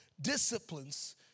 disciplines